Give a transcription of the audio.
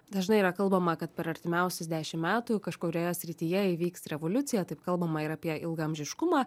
dažnai yra kalbama kad per artimiausius dešim metų kažkurioje srityje įvyks revoliucija taip kalbama ir apie ilgaamžiškumą